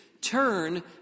Turn